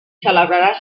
celebrarà